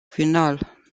final